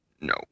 No